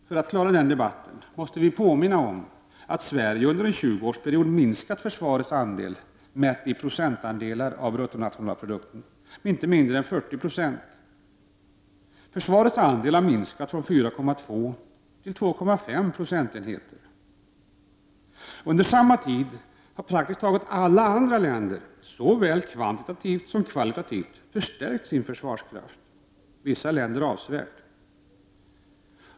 För att klara den debatten måste vi påminna om att Sverige under en 20-års period minskat försvarets andel, mätt i procentandelar av bruttonationalprodukten, med inte mindre än 40 96. Försvarets andel av bruttonationalprodukten har nämligen minskats från 4,2 till 2,5 procentenheter. Under samma tid har praktiskt taget alla andra länder förstärkt sin försvarskraft såväl kvantitativt som kvalitativt, vissa länder avsevärt.